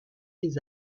des